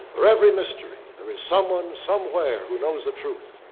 for every mystery, there is someone somewhere who knows the truth.